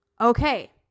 okay